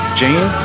jane